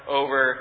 over